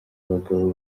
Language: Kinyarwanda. bagabo